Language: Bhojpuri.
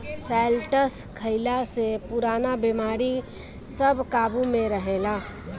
शैलटस खइला से पुरान बेमारी सब काबु में रहेला